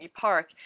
park